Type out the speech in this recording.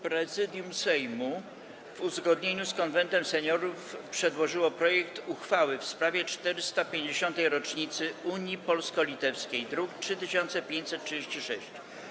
Prezydium Sejmu, w uzgodnieniu z Konwentem Seniorów, przedłożyło projekt uchwały w sprawie 450. rocznicy Unii Polsko-Litewskiej, druk nr 3536.